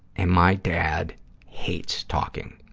and my dad hates talking.